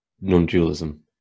non-dualism